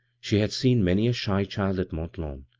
she had seen many a shy child at mont-lawn,